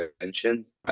interventions